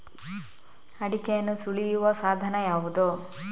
ಅಡಿಕೆಯನ್ನು ಸುಲಿಯುವ ಸಾಧನ ಯಾವುದು?